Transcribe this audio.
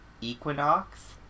equinox